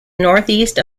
northeast